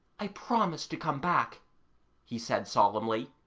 i promise to come back he said solemnly,